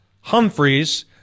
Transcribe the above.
Humphreys